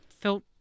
felt